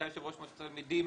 שהייתה יושב ראש מועצת תלמידים